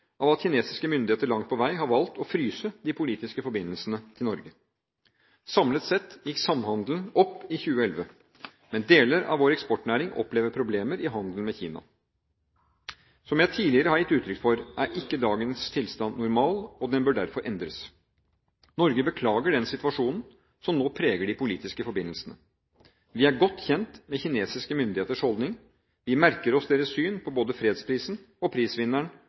av at kinesiske myndigheter langt på vei har valgt å fryse de politiske forbindelsene til Norge. Samlet sett gikk samhandelen opp i 2011. Men deler av vår eksportnæring opplever problemer i handelen med Kina. Som jeg tidligere har gitt uttrykk for, er ikke dagens tilstand normal, og den bør derfor endres. Norge beklager den situasjonen som nå preger de politiske forbindelsene. Vi er godt kjent med kinesiske myndigheters holdning, vi merker oss deres syn på både fredsprisen og prisvinneren